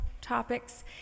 topics